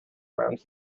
around